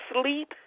sleep